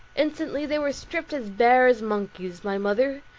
instantly they were stripped as bare as monkeys my mother,